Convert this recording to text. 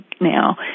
now